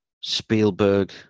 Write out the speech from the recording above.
Spielberg